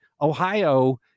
Ohio